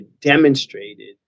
demonstrated